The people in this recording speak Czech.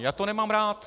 Já to nemám rád.